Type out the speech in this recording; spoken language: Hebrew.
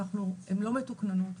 הם לא מתוקננות,